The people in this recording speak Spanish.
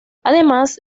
además